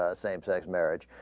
ah same sex marriage